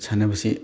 ꯁꯥꯟꯅꯕꯁꯤ